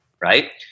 right